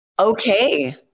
Okay